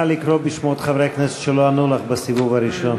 נא לקרוא בשמות חברי הכנסת שלא ענו לך בסיבוב הראשון.